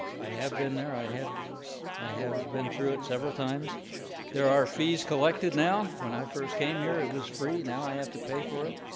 i have been there i have i have been through it several times there are fees collected now when i first came here. it was free now. i have to pay for it